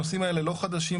הנושאים האלה לא חדשים,